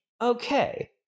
Okay